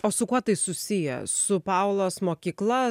o su kuo tai susiję su paulos mokykla